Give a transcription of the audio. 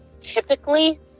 Typically